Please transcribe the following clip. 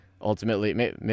ultimately